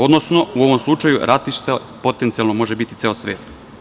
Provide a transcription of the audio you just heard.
Odnosno, u ovom slučaju ratište potencijalno može biti ceo svet.